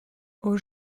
aux